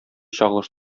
чагылыш